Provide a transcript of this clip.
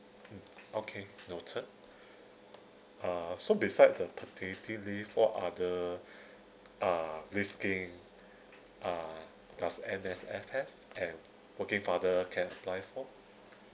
mm okay noted uh so beside the paternity leave what other uh leaves scheme uh does M_S_F have and working father can apply for